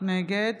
נגד